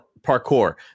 Parkour